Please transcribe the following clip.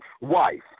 wife